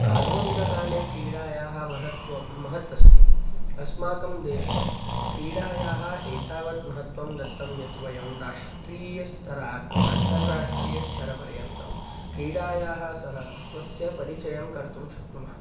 आधुनिककाले क्रीडायाः महत्त्वं महत् अस्ति अस्माकं देशे क्रीडायाः एतावत् महत्त्वं दत्तं यत् वयं राष्ट्रियस्तरात् अन्ताराष्ट्रियस्तरपर्यन्तं क्रीडायाः सह स्वस्य परिचयं कर्तुं शक्नुमः